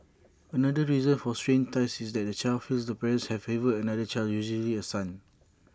another reason for strained ties is that the child feels the parent has favoured another child usually A son